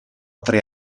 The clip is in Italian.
tre